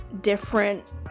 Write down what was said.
different